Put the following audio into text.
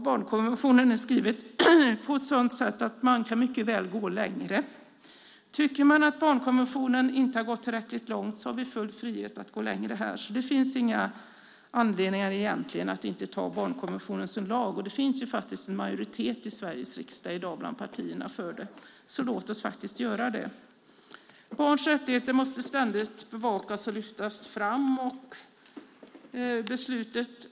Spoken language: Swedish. Barnkonventionen är skriven på ett sådant sätt att man mycket väl kan gå längre. Tycker man att barnkonventionen inte går tillräckligt långt har vi full frihet att gå längre. Det finns alltså ingen anledning att inte ta barnkonventionen som lag. I dag finns det en majoritet för detta bland partierna i Sveriges riksdag, så låt oss göra det. Barns rättigheter måste ständigt bevakas och lyftas fram.